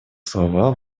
слова